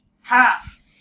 half